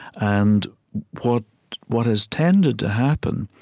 and what what has tended to happen,